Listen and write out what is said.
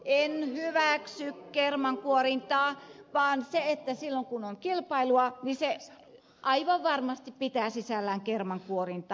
en hyväksy kermankuorintaa vaan silloin kun on kilpailua niin se aivan varmasti pitää sisällään kermankuorintaa